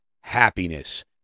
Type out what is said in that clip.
happiness